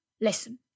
Listen